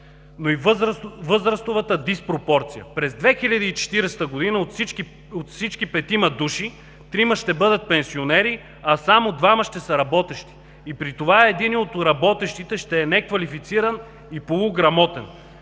но и възрастовата диспропорция. През 2040 г. от всички петима души, трима ще бъдат пенсионери, а само двама ще са работещи. И при това единият от работещите ще е неквалифициран и полуграмотен.